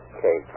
Okay